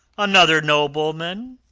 another nobleman?